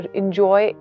enjoy